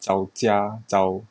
找家找:zhao jiae zhao